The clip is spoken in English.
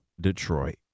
Detroit